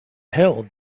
held